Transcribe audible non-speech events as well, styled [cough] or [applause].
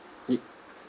[noise]